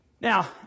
Now